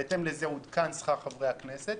כשבהתאם לזה עודכן שכר חברי הכנסת.